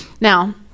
Now